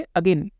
again